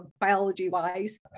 biology-wise